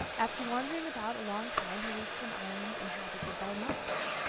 after wandering about a long time he reached an island inhabited by mice.